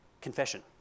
confession